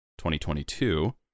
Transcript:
2022